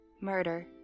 Murder